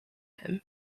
him